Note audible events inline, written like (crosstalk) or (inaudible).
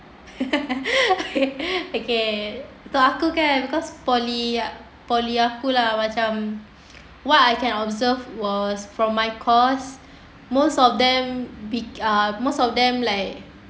(laughs) okay okay untuk aku kan because poli poli aku lah macam what I can observe was from my course most of them most of them like